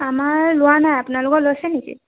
আমাৰ লোৱা নাই আপোনালোকৰ লৈছে নেকি